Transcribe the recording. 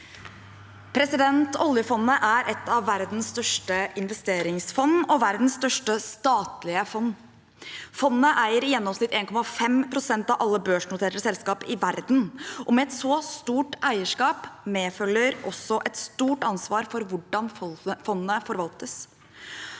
Olje- fondet er et av verdens største investeringsfond og verdens største statlige fond. Fondet eier i gjennomsnitt 1,5 pst. av alle børsnoterte selskap i verden, og med et så stort eierskap medfølger også et stort ansvar for hvordan fondet forvaltes.